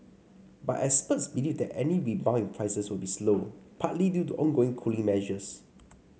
but experts believe that any rebound in prices will be slow partly due to ongoing cooling measures